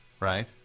Right